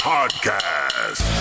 Podcast